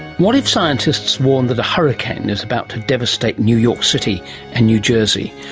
what if scientists warned that a hurricane is about to devastate new york city and new jersey?